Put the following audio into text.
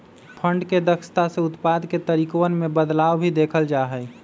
fund के दक्षता से उत्पाद के तरीकवन में बदलाव भी देखल जा हई